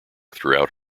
throughout